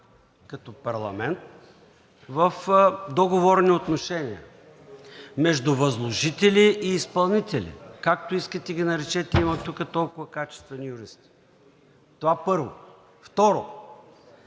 като парламент в договорни отношения между възложители и изпълнители, както искате ги наречете, има тук толкова качествени юристи – това, първо. Второ,